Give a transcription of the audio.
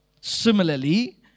Similarly